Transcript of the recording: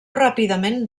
ràpidament